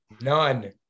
None